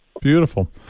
Beautiful